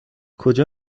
کجا